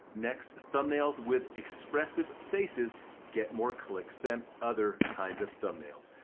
next, thumbnails with expressive faces get more clicks than other kinds of thumbnails.